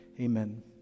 amen